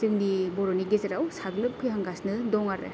जोंनि बर'फोरनि गेजेराव साग्रलोबफैहांगासिनो दं आरो